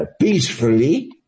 peacefully